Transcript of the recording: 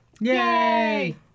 Yay